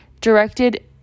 directed